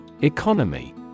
Economy